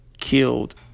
killed